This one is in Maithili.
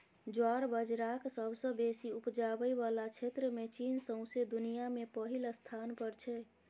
ज्वार बजराक सबसँ बेसी उपजाबै बला क्षेत्रमे चीन सौंसे दुनियाँ मे पहिल स्थान पर छै